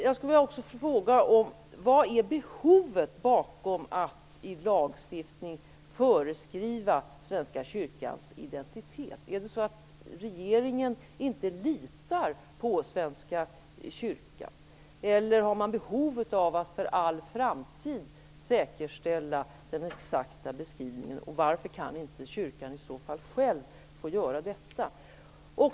Jag skulle vilja fråga: Vad är behovet bakom att i lagstiftning föreskriva Svenska kyrkans identitet? Är det så att regeringen inte litar på Svenska kyrkan, eller har man behov av att för all framtid säkerställa den exakta beskrivningen? Varför kan i så fall inte kyrkan själv få göra detta?